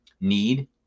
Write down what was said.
need